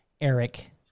Eric